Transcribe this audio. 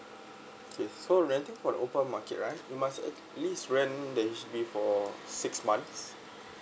okay so renting from the open market right you must at least rent the H_D_B for six months